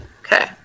Okay